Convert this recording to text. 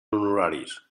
honoraris